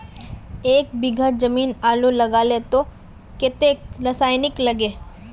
एक बीघा जमीन आलू लगाले तो कतेक रासायनिक लगे?